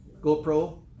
GoPro